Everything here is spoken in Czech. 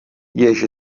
jež